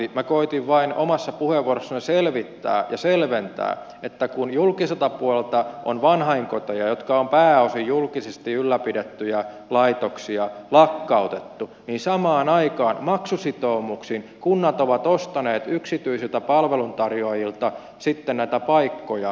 minä koetin vain omassa puheenvuorossani selvittää ja selventää että kun julkiselta puolelta on vanhainkoteja jotka ovat pääosin julkisesti ylläpidettyjä laitoksia lakkautettu niin samaan aikaan maksusitoumuksin kunnat ovat ostaneet yksityisiltä palveluntarjoajilta sitten näitä paikkoja